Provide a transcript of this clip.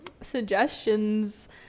suggestions